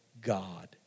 God